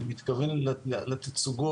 אני מתכוון לתצוגות